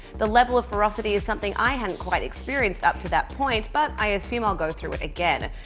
the level of ferocity is something i hadn't quite experienced up to that point, but i assume i'll go through it again.